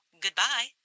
Goodbye